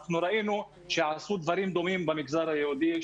אנחנו ראינו שעשו דברים דומים במגזר היהודי,